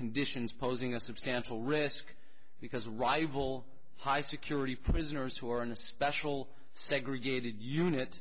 conditions posing a substantial risk because rival high security prisoners who are in a special segregated unit